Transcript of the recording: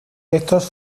estos